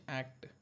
act